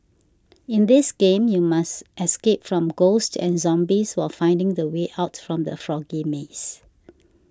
in this game you must escape from ghosts and zombies while finding the way out from the foggy maze